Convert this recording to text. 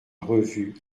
revue